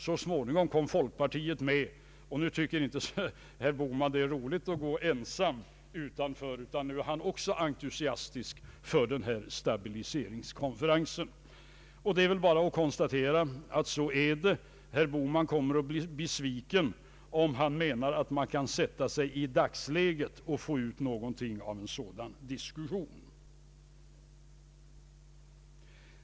Så småningom kom folkpartiet med, och nu tycker herr Bohman att det inte är roligt att gå ensam utanför. Nu är även han entusiastisk för stabiliseringskonferenser. Det är väl bara att konstatera att så är det. Herr Bohman kommer att bli besviken, om han menar att man i dagsläget kan få ut någonting av en sådan diskussion.